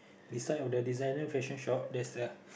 beside of the designer fashion shop there's the